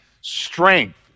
strength